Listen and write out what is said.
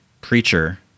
Preacher